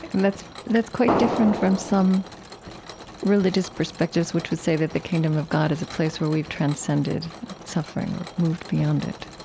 and that's that's quite different from some religious perspectives which would say that the kingdom of god is a place where we've transcended suffering or moved beyond it